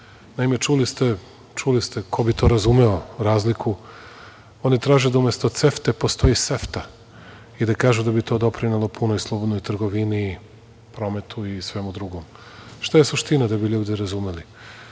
Naime, čuli ste, ko bi to razumeo, razliku, oni traže da umesto CEFTE postoji SEFTA i da kažu da bi to doprinelo punoj slobodnoj trgovini, prometu i svemu drugom. Šta je suština, da bi ovde ljudi razumeli?